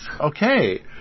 Okay